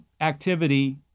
activity